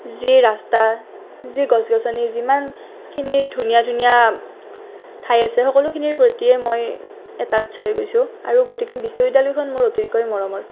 যি ৰাস্তা যি গছ গছনি যিমানখিনি ধুনীয়া ধুনীয়া ঠাই আছে সকলোখিনিৰ প্ৰতিয়ে মই এটাষ্ট হৈ গৈছোঁ আৰু গতিকে বিশ্ববিদ্যালয়খন মোৰ অতিকৈ মৰমৰ